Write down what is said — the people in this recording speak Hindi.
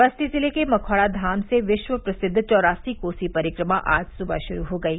बस्ती जिले के मखौड़ा धाम से विश्व प्रसिद्व चौरासी कोसी परिक्रमा आज सुवह शुरू हो गयी